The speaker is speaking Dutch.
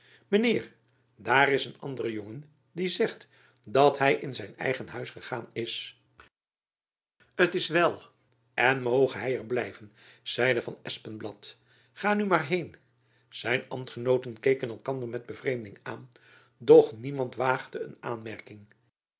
daar is een andere jongen die zegt dat hy in zijn eigen huis gegaan is t wel en moge hy er blijven zeide van espenblad ga nu maar heen zijn ambtgenooten keken elkander met bevreemding aan doch niemand waagde een aanmerking